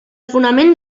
fonament